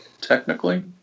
Technically